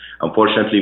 Unfortunately